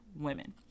women